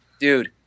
Dude